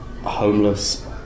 homeless